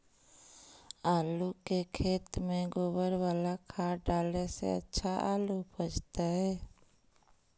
आलु के खेत में गोबर बाला खाद डाले से अच्छा आलु उपजतै?